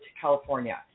California